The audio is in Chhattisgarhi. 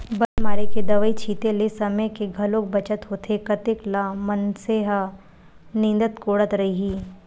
बन मारे के दवई छिते ले समे के घलोक बचत होथे कतेक ल मनसे ह निंदत कोड़त रइही